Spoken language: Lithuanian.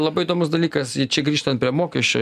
labai įdomus dalykas čia grįžtant prie mokesčio